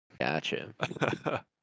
gotcha